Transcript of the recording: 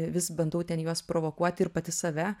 vis bandau ten juos provokuoti ir pati save